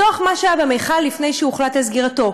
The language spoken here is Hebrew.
מתוך מה שהיה במכל לפני שהוחלט על סגירתו.